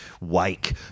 wake